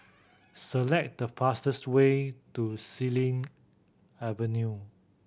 select the fastest way to Xilin Avenue